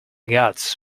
gods